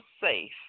safe